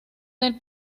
del